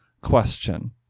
question